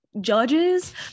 judges